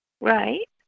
Right